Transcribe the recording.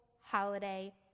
holiday